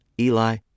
Eli